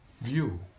view